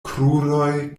kruroj